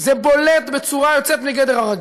זה בולט בצורה יוצאת מגדר הרגיל.